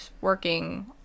working